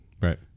Right